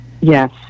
Yes